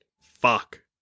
Fuck